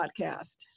podcast